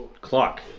clock